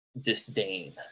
disdain